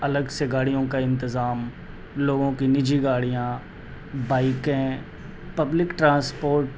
الگ سے گاڑیوں کا انتظام لوگوں کی نجی گاڑیاں بائکیں پبلک ٹرانسپورٹ